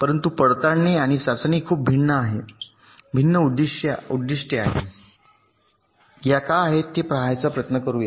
परंतु पडताळणी आणि चाचणी खूप भिन्न उद्दिष्टे आहे या काय आहेत हे पाहण्याचा प्रयत्न करूया